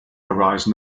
arise